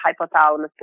hypothalamus